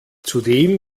zudem